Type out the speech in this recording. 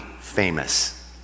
famous